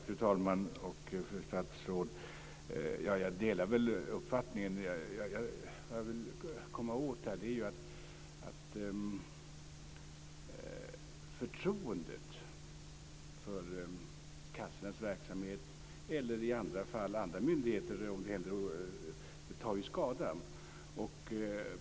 Fru talman! Fru statsråd! Jag delar uppfattningen. Vad jag vill komma åt är att förtroendet för verksamheten vid kassorna, eller i förekommande fall andra myndigheter, tar skada.